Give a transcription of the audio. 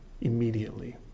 immediately